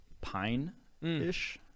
pine-ish